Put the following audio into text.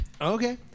Okay